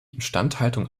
instandhaltung